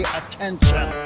attention